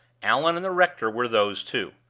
allan and the rector were those two.